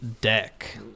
Deck